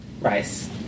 rice